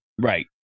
Right